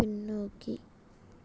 பின்னோக்கி